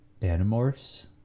Animorphs